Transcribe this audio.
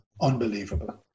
unbelievable